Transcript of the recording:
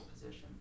position